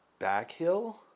Backhill